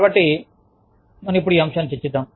కాబట్టి మనం ఇప్పుడు ఈ అంశాన్ని చర్చిద్దాం